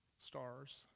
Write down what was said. stars